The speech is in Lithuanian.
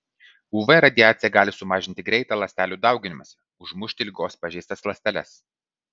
uv radiacija gali sumažinti greitą ląstelių dauginimąsi užmušti ligos pažeistas ląsteles